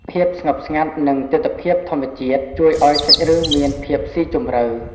ភាពស្ងប់ស្ងាត់និងទិដ្ឋភាពធម្មជាតិជួយឲ្យសាច់រឿងមានភាពស៊ីជម្រៅ។